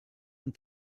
and